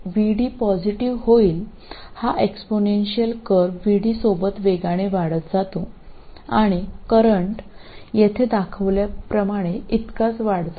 VD positive ആകുന്നതിനനുസരിച്ച് ഈ exponential VD യ്ക്കൊപ്പം അതിവേഗം വളരുന്നു കൂടാതെ കറന്റ് കുത്തനെ വർദ്ധിക്കുന്നു ഇതുപോലെ ഒന്ന്